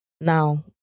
Now